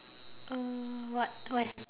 uh what where